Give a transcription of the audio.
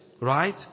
Right